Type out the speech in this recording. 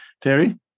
Terry